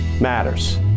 matters